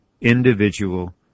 individual